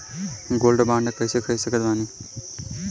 Gold bond कईसे खरीद सकत बानी?